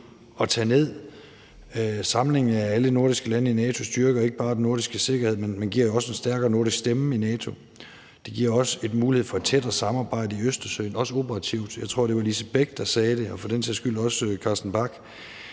at tage ned. Samlingen af alle nordiske lande i NATO styrker ikke bare den nordiske sikkerhed, men giver også en stærkere nordisk stemme i NATO. Det giver også en mulighed for et tættere samarbejde i Østersøen – også operativt. Jeg tror, det var Lise Bech, der sagde det – og for den sags skyld også Carsten Bach